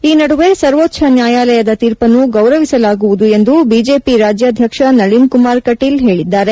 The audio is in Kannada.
ಈ ನದುವೆ ಸರ್ವೋಚ್ಚ ನ್ಯಾಯಾಲಯದ ತೀರ್ಪನ್ನು ಗೌರವಿಸಲಾಗುವುದು ಎಂದು ಬಿಜೆಪಿ ರಾಜ್ಯಾಧ್ಯಕ್ಷ ನಳಿನ್ ಕುಮಾರ್ ಕಟೀಲ್ ಹೇಳಿದ್ದಾರೆ